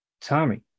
Tommy